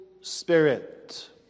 Spirit